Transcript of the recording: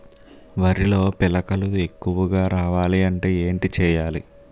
వరిలో పిలకలు ఎక్కువుగా రావాలి అంటే ఏంటి చేయాలి?